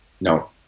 No